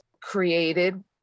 created